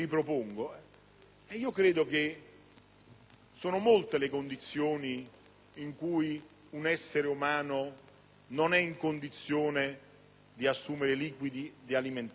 siano molte le condizioni in cui un essere umano non sia in condizione di assumere liquidi e di alimentarsi.